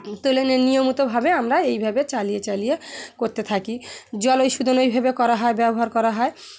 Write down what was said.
তুলে নিয়ে নিয়মিতভাবে আমরা এইভাবে চালিয়ে চালিয়ে করতে থাকি জল ওই শোধন ওইভাবে করা হয় ব্যবহার করা হয়